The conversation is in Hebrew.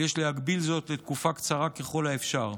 ויש להגביל זאת לתקופה קצרה ככל האפשר.